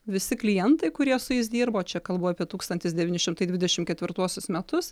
visi klientai kurie su jais dirbo čia kalbu apie tūkstantis devyni šimtai dvidešim ketvirtuosius metus